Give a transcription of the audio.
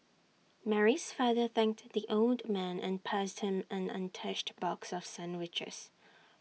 Mary's father thanked the old man and passed him an untouched box of sandwiches